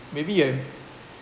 maybe when